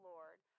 Lord